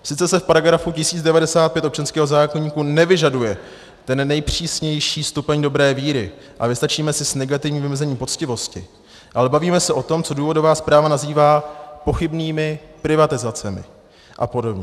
Sice se v § 1095 občanského zákoníku nevyžaduje ten nejpřísnější stupeň dobré víry a vystačíme si s negativním vymezením poctivosti, ale bavíme se o tom, co důvodová zpráva nazývá pochybnými privatizacemi a podobně.